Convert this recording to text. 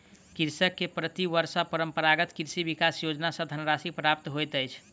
कृषक के प्रति वर्ष परंपरागत कृषि विकास योजना सॅ धनराशि प्राप्त होइत अछि